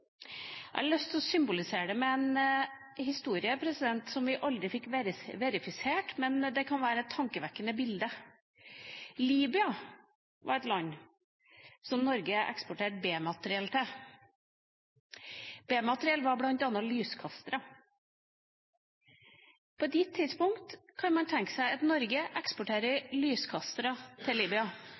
Jeg har lyst til å symbolisere en historie som vi aldri fikk verifisert, men det kan være et tankevekkende bilde: Libya var et land som Norge eksporterte B-materiell til. Materiellet var bl.a. lyskastere. På et gitt tidspunkt kan man tenke seg at Norge eksporterer lyskastere til Libya.